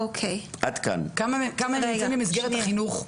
כמה ילדים במסגרת החינוך?